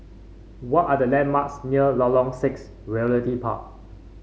what are the landmarks near Lorong Six Realty Park